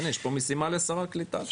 הנה, יש פה משימה לשר הקליטה.